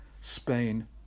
Spain